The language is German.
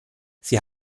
sie